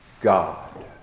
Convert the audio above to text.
God